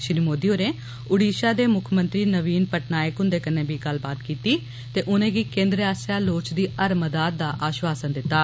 श्री मोदी होरें उड़ीषा दे मुक्ख मंत्री नवीन पटनायक हुन्दे कन्नै बी गल्ल कत्थ कीत्ती ते उनेंगी केन्द्र आस्सेया लोढ़चदी हर मदाद दा आषवासन दित्ता